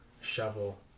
shovel